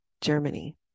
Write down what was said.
Germany